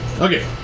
Okay